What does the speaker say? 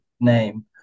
name